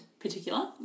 particular